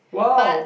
wow